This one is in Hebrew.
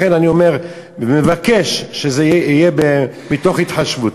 לכן אני אומר ומבקש שזה יהיה מתוך התחשבות.